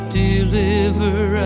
deliver